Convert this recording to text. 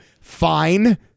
Fine